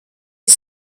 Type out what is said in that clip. est